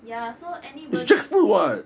ya so anybody